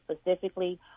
specifically